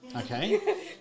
Okay